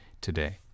today